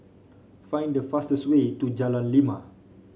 find the fastest way to Jalan Lima